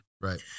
Right